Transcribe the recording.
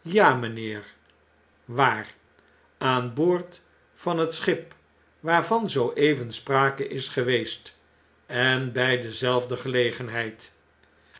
ja mgnheer waar aan boord van het schip waarvan zoo even sprake is geweest en by dezelfde gelegenheid